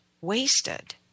wasted